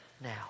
now